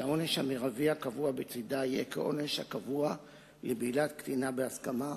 שהעונש המרבי הקבוע בצדה יהיה כעונש הקבוע לבעילת קטינה בהסכמה,